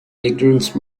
ignorance